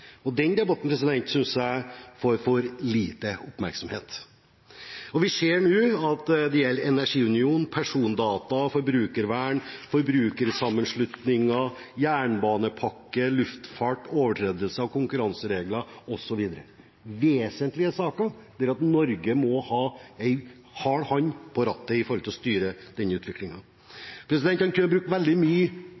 Den debatten synes jeg får for lite oppmerksomhet. Vi ser nå at det gjelder energiunion, persondata og forbrukervern, forbrukersammenslutninger, jernbanepakke, luftfart, overtredelse av konkurranseregler, osv. – vesentlige saker, der Norge må ha en hard hånd på rattet for å styre denne utviklingen. En kunne ha brukt veldig mye